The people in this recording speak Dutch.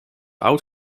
oud